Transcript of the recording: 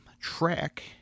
track